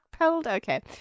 Okay